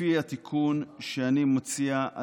לפי התיקון שאני מציע,